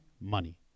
money